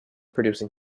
producing